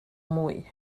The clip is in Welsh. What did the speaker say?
mwy